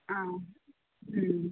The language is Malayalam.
ആ